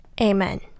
Amen